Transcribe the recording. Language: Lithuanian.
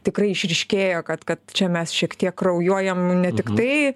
tikrai išryškėjo kad kad čia mes šiek tiek kraujuojam ne tiktai